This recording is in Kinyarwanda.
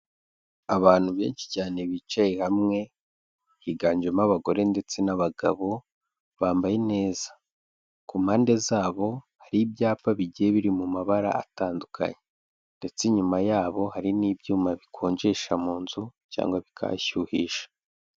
Abantu benshi cyane bicaye hamwe, higanjemo abagore ndetse n'abagabo, bambaye neza. Ku mpande zabo hari ibyapa bigiye biri mu mabara atandukanye ndetse inyuma yabo hari n'ibyuma bikonjesha mu nzu cyangwa bikahashyuhisha.